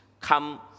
come